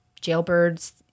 Jailbirds